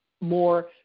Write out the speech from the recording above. more